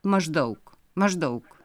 maždaug maždaug